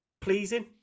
pleasing